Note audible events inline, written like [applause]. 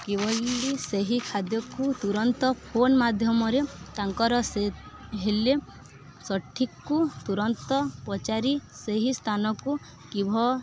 କି ବୋଲି ସେହି ଖାଦ୍ୟକୁ ତୁରନ୍ତ ଫୋନ୍ ମାଧ୍ୟମରେ ତାଙ୍କର ସେ ହେଲେ ସଠିକ୍ କୁ ତୁରନ୍ତ ପଚାରି ସେହି ସ୍ଥାନକୁ [unintelligible]